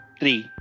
three